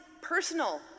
personal